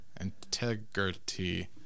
Integrity